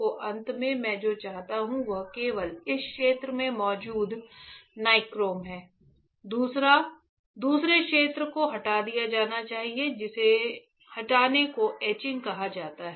तो अंत में मैं जो चाहता हूं वह केवल इस क्षेत्र में मौजूद नाइक्रोम है दूसरे क्षेत्र को हटा दिया जाना चाहिए जिसे हटाने को एचिंग कहा जाता है